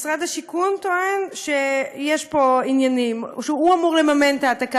משרד השיכון טוען שהוא אמור למממן את ההעתקה,